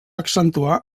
accentuar